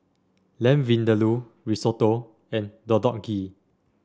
Lamb Vindaloo Risotto and Deodeok Gui